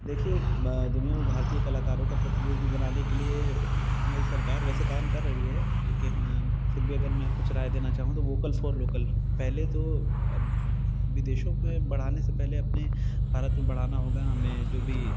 देखिए दुनिया में भारतीय कलाकारों का प्रतिनिध्व बनाने के लिए हमारी सरकार वैसे काम कर रही है लेकिन फिर भी अगर मैं कुछ राय देना चाहूँ तो वोकल फोर लोकल पहले तो अब विदेशों में बढ़ाने से पहले अपने भारत में बढ़ाना होगा हमें जो भी